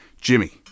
Jimmy